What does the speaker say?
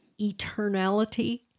eternality